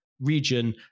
region